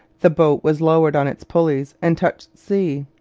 the boat was lowered on its pulleys and touched sea.